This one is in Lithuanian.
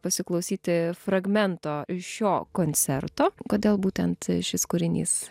pasiklausyti fragmento iš šio koncerto kodėl būtent šis kūrinys